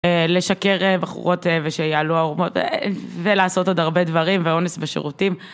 לשקר בחורות ושיעלו ערומות ולעשות עוד הרבה דברים ואונס בשירותים.